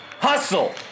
Hustle